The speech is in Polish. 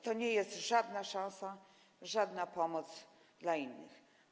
To nie jest żadna szansa, żadna pomoc dla innych.